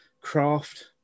craft